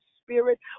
spirit